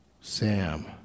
Sam